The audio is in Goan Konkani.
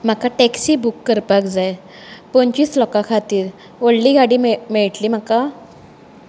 म्हाका टॅक्सी बूक करपाक जाय पंचवीस लोकां खातीर व्हडली गाडी मेळ मेळटली म्हाका